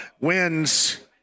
wins